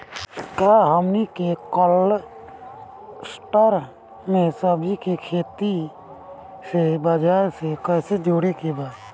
का हमनी के कलस्टर में सब्जी के खेती से बाजार से कैसे जोड़ें के बा?